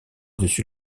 dessus